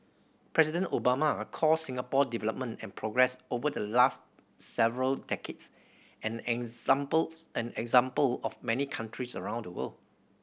President Obama called Singapore development and progress over the last several decades an example an example of many countries around the world